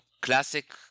classic